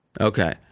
Okay